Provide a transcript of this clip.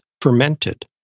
fermented